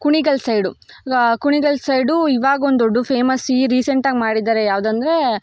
Kunigal side Kunigal side ಇವಾಗೊಂದು ದೊಡ್ಡ famous ಈಗ ರೀಸೆಂಟಾಗಿ ಮಾಡಿದ್ದಾರೆ ಯಾವುದಂದ್ರೆ